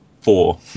four